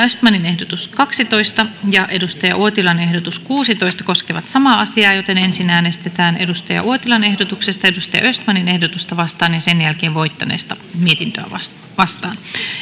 östmanin ehdotus kaksitoista ja kari uotilan ehdotus kuusitoista koskevat samaa määrärahaa joten ensin äänestetään kari uotilan ehdotuksesta kuusitoista peter östmanin ehdotusta kahteentoista vastaan ja sen jälkeen voittaneesta mietintöä vastaan vastaan